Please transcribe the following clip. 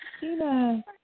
Tina